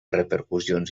repercussions